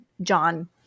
John